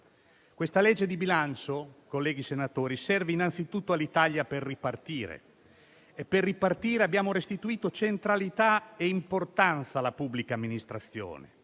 al nostro esame, colleghi senatori, serve innanzitutto all'Italia per ripartire. Per ripartire abbiamo restituito centralità e importanza alla pubblica amministrazione,